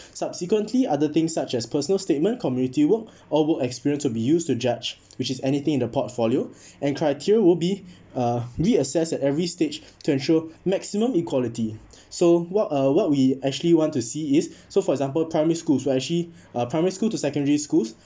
subsequently other things such as personal statement community work or work experience to be used to judge which is anything in the portfolio and criteria will be uh reassess at every stage to ensure maximum equality so what uh what we actually want to see is so for example primary schools so actually uh primary school to secondary schools